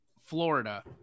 Florida